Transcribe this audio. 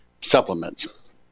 supplements